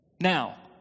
Now